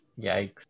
Yikes